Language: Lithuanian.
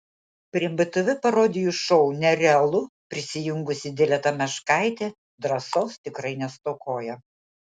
prie btv parodijų šou nerealu prisijungusi dileta meškaitė drąsos tikrai nestokoja